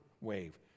wave